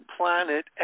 planet